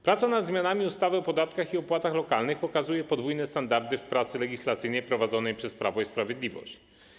Praca nad zmianami w ustawie o podatkach i opłatach lokalnych pokazuje podwójne standardy w pracy legislacyjnej prowadzonej przez Prawo i Sprawiedliwość.